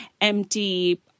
empty